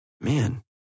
Man